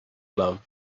love